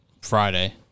Friday